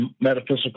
metaphysical